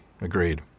Agreed